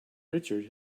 richard